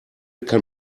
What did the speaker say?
kann